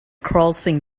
crossing